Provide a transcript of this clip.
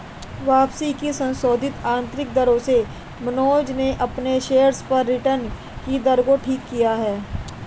वापसी की संशोधित आंतरिक दर से मनोज ने अपने शेयर्स पर रिटर्न कि दर को ठीक किया है